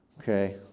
Okay